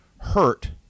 hurt